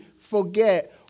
forget